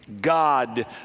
God